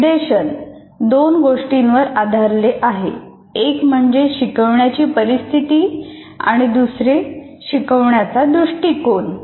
निर्देशन दोन गोष्टींवर आधारलेले आहे एक म्हणजे शिकवण्याची परिस्थिती आणि दुसरे शिकवण्याचा दृष्टीकोण